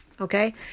Okay